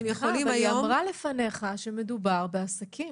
אבל היא אמרה לפניך שמדובר בעסקים,